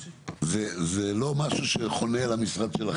זה לא משהו שחונה אצל המשרד שלכם.